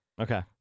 Okay